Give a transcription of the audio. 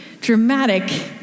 dramatic